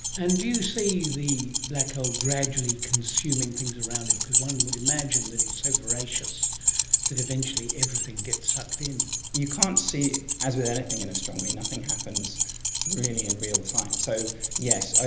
and do you see the black hole gradually consuming things around it? because one would imagine that it's so voracious that eventually everything gets sucked in. you can't see, as with anything in astronomy, nothing happens really in real time. so yes,